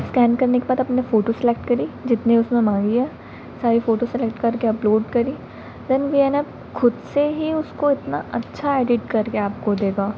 scan करने के बाद अपने फ़ोटो सेलेक्ट करी जितनी उसमें माँगी है सारी फ़ोटो सेलेक्ट करके अपलोड करी देन वी एन एप खुद से ही उसको इतना अच्छा एडिट करके आपको देगा